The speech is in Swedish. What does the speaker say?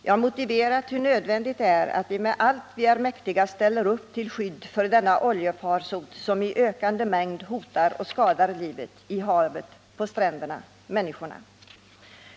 Jag har motiverat hur nödvändigt det är att vi med allt vi är mäktiga ställer upp till skydd för denna farsot, till skydd för den olja som i ökande mängd hotar och skadar livet i havet och på stränderna samt människorna.